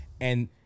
And-